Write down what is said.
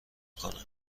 کنه